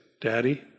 Daddy